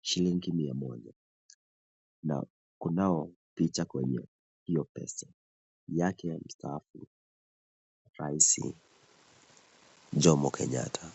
shilingi mia moja na kunao picha kwenye hiyo pesa yake ya mstaafu rais Jomo Kenyatta.